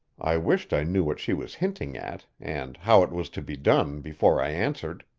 i wished i knew what she was hinting at, and how it was to be done, before i answered.